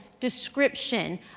description